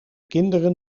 kinderen